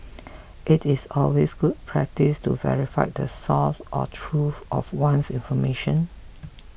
it is always good practice to verify the source or truth of one's information